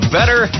Better